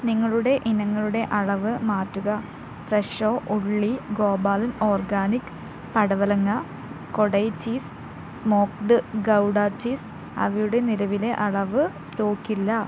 നിങ്ങളുടെ ഇനങ്ങളുടെ അളവ് മാറ്റുക ഫ്രെഷോ ഉള്ളി ഗോപാലൻ ഓർഗാനിക് പടവലങ്ങ Kodai cheese smoked Gouda cheese അവയുടെ നിലവിലെ അളവ് സ്റ്റോക്കില്ല